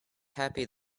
happy